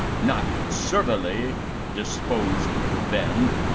not servilely disposed to bend,